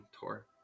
tour